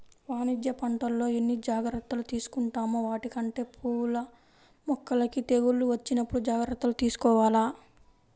వాణిజ్య పంటల్లో ఎన్ని జాగర్తలు తీసుకుంటామో వాటికంటే పూల మొక్కలకి తెగుళ్ళు వచ్చినప్పుడు జాగర్తలు తీసుకోవాల